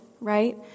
right